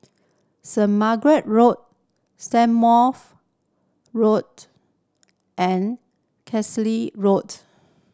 Saint Margaret Road Strathmore Road and Carlisle Road